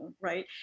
right